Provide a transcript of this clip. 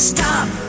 Stop